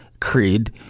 Creed